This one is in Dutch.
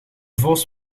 vos